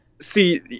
See